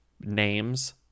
names